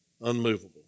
Unmovable